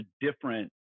different